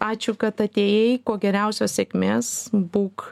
ačiū kad atėjai kuo geriausios sėkmės būk